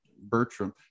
bertram